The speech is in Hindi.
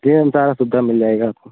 जी हाँ सारी सुविधा मिलेगी आपको